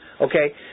Okay